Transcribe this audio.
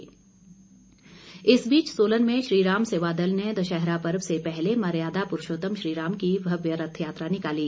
राम रथ यात्रा इस बीच सोलन में श्रीराम सेवा दल ने दशहरा पर्व से पहले मर्यादा पुरूषोतम श्रीराम की भव्य रथ यात्रा निकाली